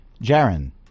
Jaren